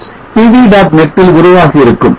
net ல் உருவாகி இருக்கும்